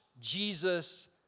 Jesus